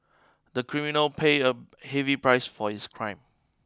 the criminal paid a heavy price for his crime